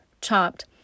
chopped